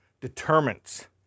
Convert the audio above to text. determines